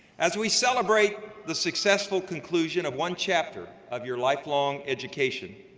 as we celebrate the successful conclusion of one chapter of your lifelong education,